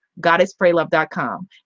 GoddessPrayLove.com